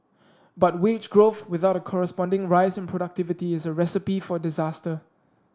but wage growth without a corresponding rise in productivity is a recipe for disaster